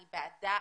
אני בעדה,